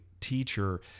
teacher